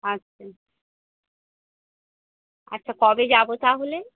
আচ্ছা আচ্ছা কবে যাব তাহলে